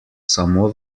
samo